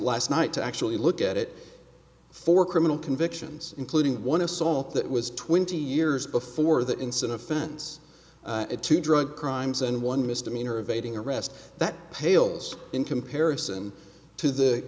last night to actually look at it four criminal convictions including one assault that was twenty years before that instant offense to drug crimes and one misdemeanor evading arrest that pales in comparison to the